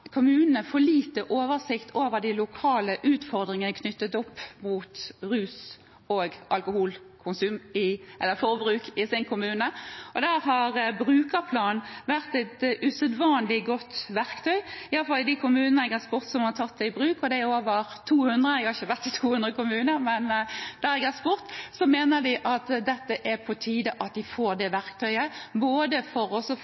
kommunene for liten oversikt over de lokale utfordringene knyttet opp mot rus og alkoholforbruk i sin kommune. Brukerplan har vært et usedvanlig godt verktøy – i hvert fall i de kommunene jeg har spurt som har tatt det i bruk, og det er over 200. Jeg har ikke vært i 200 kommuner, men der jeg har spurt, mener de at det er på tide at de får det verktøyet, både for å få en oversikt over de lokale utfordringene og også